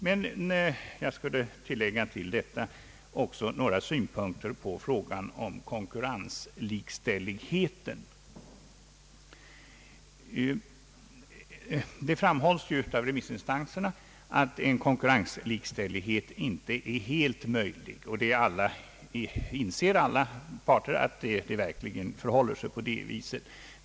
Till detta skulle jag vilja foga några synpunkter på frågan om konkurrenslikställigheten. Det framhålles av remissinstanserna att en konkurrenslikställighet inte är helt möjlig, och alla parter inser att det verkligen förhåller sig på det viset.